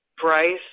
Bryce